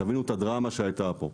תבינו את הדרמה שהייתה פה.